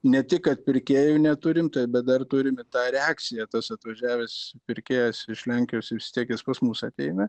ne tik kad pirkėjų neturim bet dar turim ir tą reakciją tas atvažiavęs pirkėjas iš lenkijos vis tiek jis pas mus ateina